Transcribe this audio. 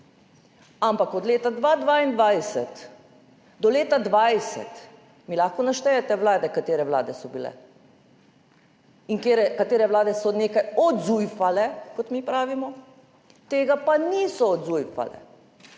lahko od leta 2022 do leta 2020 naštejete vlade, katere vlade so bile in katere vlade so nekaj odzujfale, kot mi pravimo, tega pa niso odzujfale?